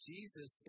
Jesus